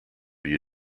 you